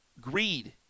greed